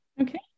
Okay